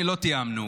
לא תיאמנו,